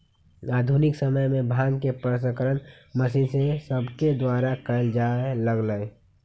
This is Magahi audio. आधुनिक समय में भांग के प्रसंस्करण मशीन सभके द्वारा कएल जाय लगलइ